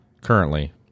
currently